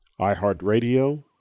iHeartRadio